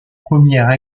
première